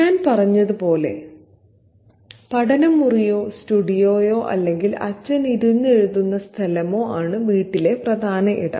ഞാൻ പറഞ്ഞതുപോലെ പഠനമുറിയോ സ്റ്റുഡിയോയോ അല്ലെങ്കിൽ അച്ഛൻ ഇരുന്നു എഴുതുന്ന സ്ഥലമോ ആണ് വീട്ടിലെ പ്രധാന ഇടം